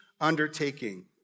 undertaking